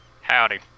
Howdy